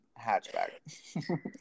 hatchback